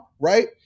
Right